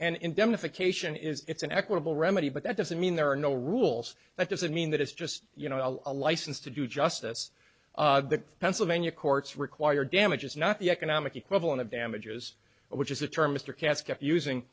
is it's an equitable remedy but that doesn't mean there are no rules that doesn't mean that it's just you know a license to do justice the pennsylvania courts require damages not the economic equivalent of damages which is the term mr katz kept